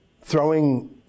throwing